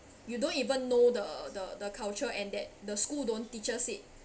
you don't even know the the the culture and that the school don't teaches it